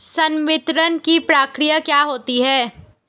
संवितरण की प्रक्रिया क्या होती है?